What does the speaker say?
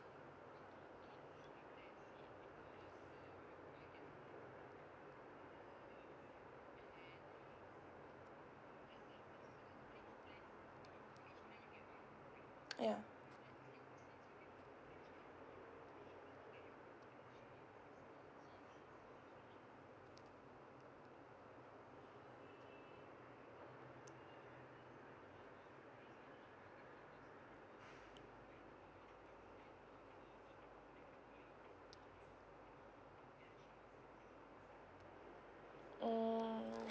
ya mm